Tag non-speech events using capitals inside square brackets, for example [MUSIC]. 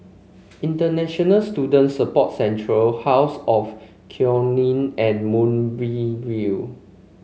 International Student Support Centre House of [UNINTELLIGIBLE] Nee and Moonbeam View